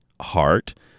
heart